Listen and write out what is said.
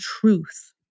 truth